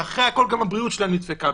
ואחרי הכול גם הבריאות שלהם נדפקה,